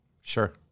Sure